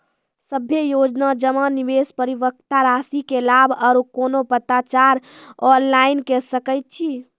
सभे योजना जमा, निवेश, परिपक्वता रासि के लाभ आर कुनू पत्राचार ऑनलाइन के सकैत छी?